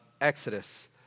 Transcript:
Exodus